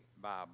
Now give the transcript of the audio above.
Bible